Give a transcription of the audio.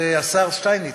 זה השר שטייניץ.